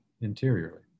interiorly